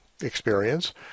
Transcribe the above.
experience